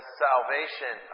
salvation